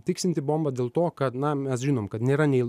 tiksinti bomba dėl to kad na mes žinom kad nėra nei